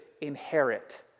inherit